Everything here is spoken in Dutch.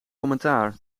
commentaar